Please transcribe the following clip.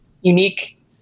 unique